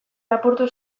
lapurtu